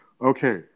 okay